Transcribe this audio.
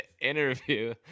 interview